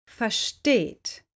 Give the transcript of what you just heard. versteht